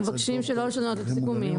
אנחנו מבקשים שלא לשנות את הסיכומים.